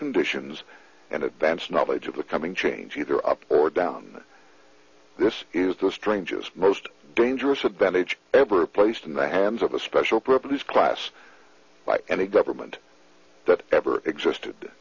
conditions and advance knowledge of the coming change either up or down this is the strangest most dangerous advantage ever placed in the hands of the special privileged class by any government that ever existed